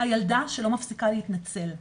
הילדה שלא מפסיקה להתנצל.